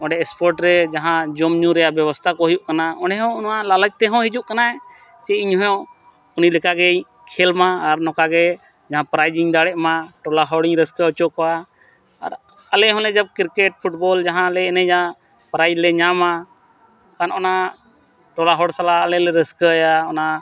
ᱚᱸᱰᱮ ᱥᱯᱳᱨᱴ ᱨᱮ ᱡᱟᱦᱟᱸ ᱡᱚᱢ ᱧᱩ ᱨᱮᱭᱟᱜ ᱵᱮᱵᱚᱥᱛᱟ ᱠᱚ ᱦᱩᱭᱩᱜ ᱠᱟᱱᱟ ᱚᱸᱰᱮᱦᱚᱸ ᱚᱱᱟ ᱞᱟᱞᱚᱪ ᱛᱮᱦᱚᱸ ᱦᱤᱡᱩᱜ ᱠᱟᱱᱟᱭ ᱡᱮ ᱤᱧᱦᱚᱸ ᱩᱱᱤ ᱞᱮᱠᱟᱜᱮᱭ ᱠᱷᱮᱞᱼᱢᱟ ᱟᱨ ᱱᱚᱝᱠᱟᱜᱮ ᱡᱟᱦᱟᱸ ᱯᱨᱟᱭᱤᱡᱽ ᱤᱧ ᱫᱟᱲᱮᱜᱼᱢᱟ ᱴᱚᱞᱟ ᱦᱚᱲᱤᱧ ᱨᱟᱹᱥᱠᱟᱹ ᱦᱚᱪᱚ ᱠᱚᱣᱟ ᱟᱨ ᱟᱞᱮ ᱦᱚᱸᱞᱮ ᱡᱟ ᱠᱨᱤᱠᱮᱴ ᱯᱷᱩᱴᱵᱚᱞ ᱡᱟᱦᱟᱸᱞᱮ ᱮᱱᱮᱡᱟ ᱯᱨᱟᱭᱤᱡ ᱞᱮ ᱧᱟᱢᱟ ᱠᱷᱟᱱ ᱚᱱᱟ ᱴᱚᱞᱟ ᱦᱚᱲ ᱥᱟᱞᱟᱜ ᱟᱞᱮᱞᱮ ᱨᱟᱹᱥᱠᱟᱹᱭᱟ ᱚᱱᱟ